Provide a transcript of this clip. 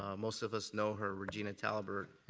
ah most of us know her, regina talbert.